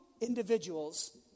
individuals